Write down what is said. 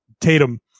Tatum